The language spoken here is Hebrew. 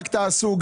רק תעשו,